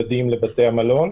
בבידוד בבתי המלון,